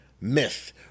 myth